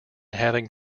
having